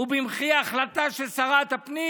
ובמחי החלטה של שרת הפנים.